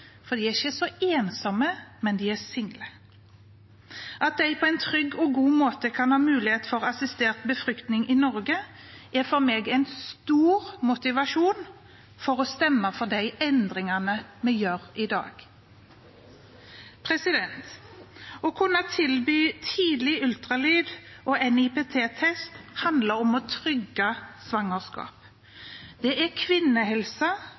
for de er ikke så ensomme, men de er single. At de på en trygg og god måte kan ha mulighet for assistert befruktning i Norge, er for meg en stor motivasjon for å stemme for de endringene vi gjør i dag. Å kunne tilby tidlig ultralyd og NIPT-test handler om å trygge svangerskap. Det er kvinnehelse